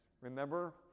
Remember